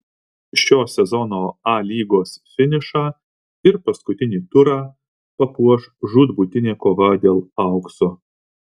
šio sezono a lygos finišą ir paskutinį turą papuoš žūtbūtinė kova dėl aukso